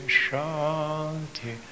shanti